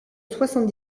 soixante